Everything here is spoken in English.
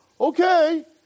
Okay